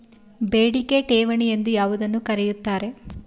ಬೇಡಿಕೆ ಠೇವಣಿ ಎಂದು ಯಾವುದನ್ನು ಕರೆಯುತ್ತಾರೆ?